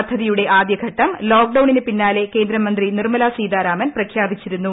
പദ്ധതിയുടെ ആദ്യഘട്ടം ലോക്ഡൌണിന് പിന്നാലെ കേന്ദ്രമന്ത്രി നിർമ്മലാ സീതാരാമൻ പ്രഖ്യാപിച്ചിരുന്നു